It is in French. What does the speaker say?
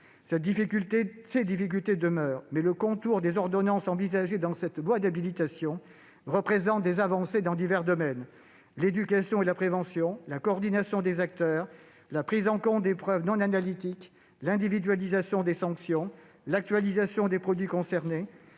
Ces difficultés demeurent, mais le contour des ordonnances envisagées dans ce projet de loi d'habilitation représente des avancées dans divers domaines : l'éducation et la prévention, la coordination des acteurs, la prise en compte des preuves non analytiques, l'individualisation des sanctions, l'actualisation de la liste des produits concernés,